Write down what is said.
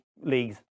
leagues